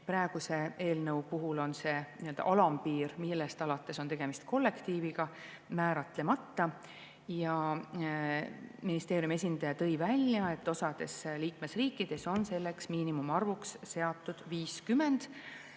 Praeguse eelnõu puhul on alampiir, millest alates on tegemist kollektiiviga, määratlemata. Ministeeriumi esindaja tõi välja, et osas liikmesriikides on selleks miinimumarvuks seatud 50,